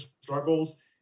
struggles